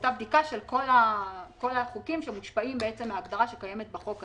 עשתה בדיקה של כל החוקים שמושפעים מההגדרה שקיימת בחוק הזה,